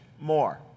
more